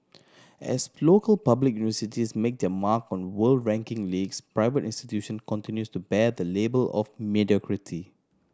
as local public universities make their mark on world ranking leagues private institute continue to bear the label of mediocrity